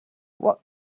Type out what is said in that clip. what